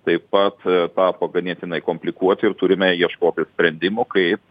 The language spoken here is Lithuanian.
taip pat tapo ganėtinai komplikuoti ir turime ieškoti sprendimų kaip